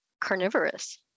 carnivorous